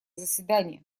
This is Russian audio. заседания